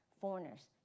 foreigners